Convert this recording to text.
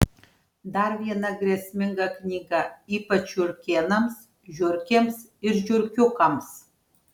dar viena grėsminga knyga ypač žiurkėnams žiurkėms ir žiurkiukams